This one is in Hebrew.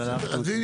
אוקיי.